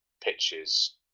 pitches